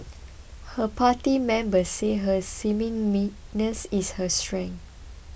her party members say her seeming meekness is her strength